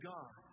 God